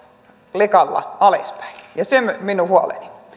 lekalla alaspäin ja se on minun huoleni